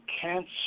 cancer